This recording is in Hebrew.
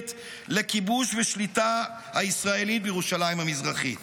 לכיבוש ושליטה הישראלית בירושלים המזרחית.